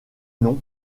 nom